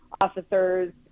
officers